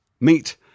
Meet